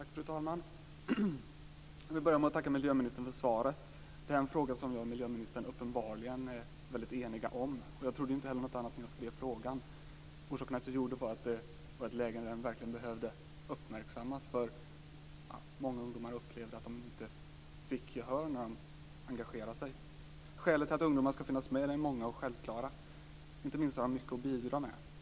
Fru talman! Jag vill börja med att tacka miljöministern för svaret. Det här är en fråga som jag och miljöministern uppenbarligen är väldigt eniga om, och jag trodde inte heller någonting annat när jag skrev frågan. Orsaken till att jag gjorde det var att det var ett läge när den verkligen behövde uppmärksammas, därför att många ungdomar upplevde att de inte fick gehör när de engagerar sig. Skälen till att ungdomar skall finnas med är många och självklara. Inte minst har de mycket att bidra med.